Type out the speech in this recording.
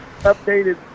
updated